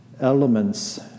elements